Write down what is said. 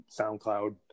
SoundCloud